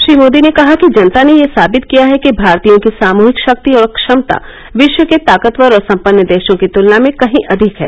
श्री मोदी ने कहा कि जनता ने यह साबित किया है कि भारतीयों की सामूहिक शक्ति और क्षमता विश्व के ताकतवर और सम्पन्न देशों की तुलना में कहीं अधिक है